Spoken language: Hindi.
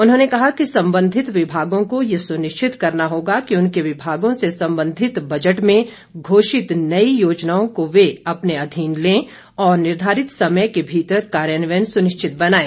उन्होंने कहा कि संबंधित विभागों को यह सुनिश्चित करना होगा कि उनके विभागों से संबंधित बजट में घोषित नई योजनाओं को वे अपने अधीन लें और निर्धारित समय के भीतर कार्यान्वयन सुनिश्चित बनाएं